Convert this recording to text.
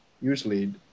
usually